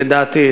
לדעתי,